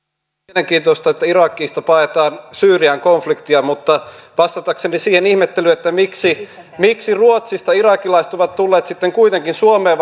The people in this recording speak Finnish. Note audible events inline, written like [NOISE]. tietysti mielenkiintoista että irakista paetaan syyrian konfliktia mutta vastatakseni siihen ihmettelyyn miksi miksi ruotsista irakilaiset ovat tulleet sitten kuitenkin suomeen [UNINTELLIGIBLE]